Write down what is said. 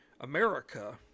America